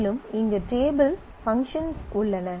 மேலும் இங்கு table functions உள்ளன